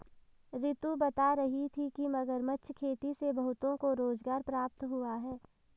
रितु बता रही थी कि मगरमच्छ खेती से बहुतों को रोजगार प्राप्त हुआ है